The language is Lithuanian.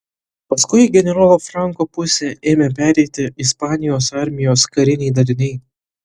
paskui į generolo franko pusę ėmė pereiti ispanijos armijos kariniai daliniai